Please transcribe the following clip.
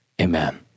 amen